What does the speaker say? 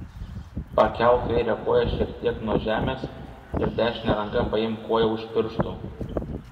pakelk kairę koją šiek tiek nuo žemės ir dešine ranka paimk koją už pirštų